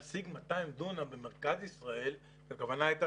להשיג 200 דונם במרכז ישראל- והכוונה הייתה